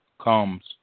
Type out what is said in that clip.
comes